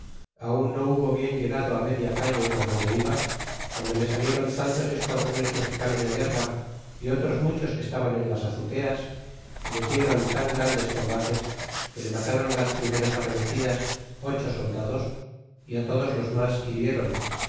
aun no hubo bien llegado á media calle por donde iba guando le salian tantos esquadrones mexicanos de guerra y otros muchos que estaban en las azoteas y les dieron tan grandes combates que le matáron á las primeras arremetidas ocho soldados y todos los mas hirieron